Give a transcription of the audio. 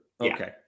Okay